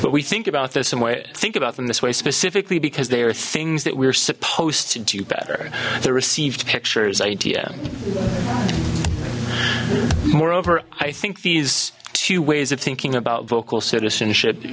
but we think about this and we think about them this way specifically because they are things that we're supposed to do better the received pictures idea moreover i think these two ways of thinking about vocal citizenship